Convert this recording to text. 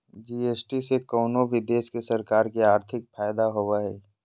GST से कउनो भी देश के सरकार के आर्थिक फायदा होबो हय